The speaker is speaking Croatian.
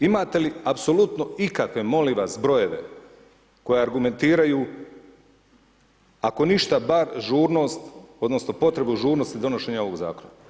Imate li apsolutno ikakve molim vas brojeve koji argumentiraju ako ništa bar žurnost, odnosno potrebu žurnosti donošenja ovog zakona?